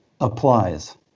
applies